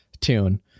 tune